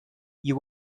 you